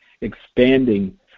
expanding